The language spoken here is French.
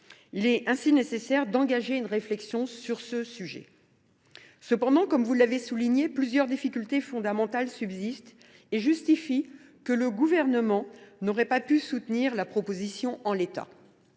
Il est donc nécessaire d’engager une réflexion sur ce sujet. Toutefois, comme vous l’avez souligné, plusieurs difficultés fondamentales subsistent, qui expliquent que le Gouvernement n’aurait pas pu soutenir la proposition de loi